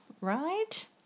right